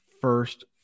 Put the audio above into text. first